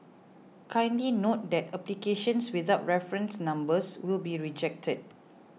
kindly note that applications without reference numbers will be rejected